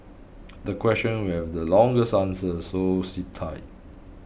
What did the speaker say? the question will have the longest answer so sit tight